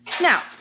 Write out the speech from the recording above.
Now